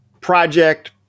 project